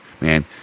man